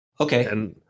Okay